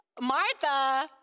Martha